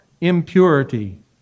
impurity